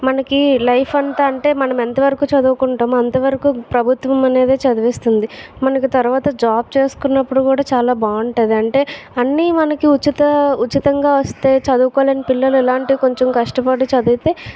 మనకి లైఫ్ అంతా అంటే మనం ఎంతవరకు చదువుకుంటామో అంతవరకు ప్రభుత్వం అనేది చదివిస్తుంది మనకు తర్వాత జాబ్ చేసుకున్నప్పుడు కూడా చాలా బాగుంటుంది అంటే అన్ని మనకి ఉచిత ఉచితంగా వస్తే చదువుకోలేని పిల్లలు ఇలాంటివి కొంచెం కష్టపడి చదివితే